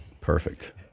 Perfect